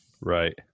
Right